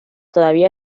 todavía